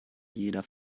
jeder